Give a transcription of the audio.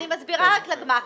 אני מסבירה לגמ"חים,